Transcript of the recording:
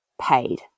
paid